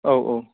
औ औ